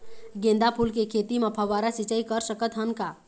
गेंदा फूल के खेती म फव्वारा सिचाई कर सकत हन का?